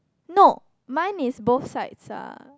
no mine is both sides ah